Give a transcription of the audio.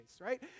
right